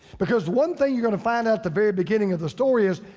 because one thing you're gonna find out the very beginning of the story is,